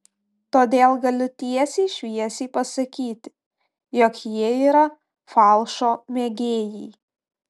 todėl galiu tiesiai šviesiai pasakyti jog jie yra falšo mėgėjai